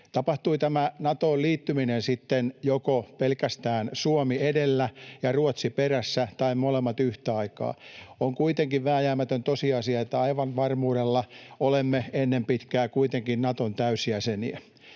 Tapahtui tämä Natoon liittyminen sitten joko pelkästään Suomi edellä ja Ruotsi perässä tai molemmat yhtä aikaa, on kuitenkin vääjäämätön tosiasia, että aivan varmuudella olemme ennen pitkää kuitenkin Naton täysjäseniä.